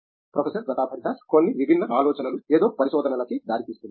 professor Pratap Haridas కొన్ని విభిన్న ఆలోచనలు ఏదో పరిశోధినలకి దారితీస్తుంది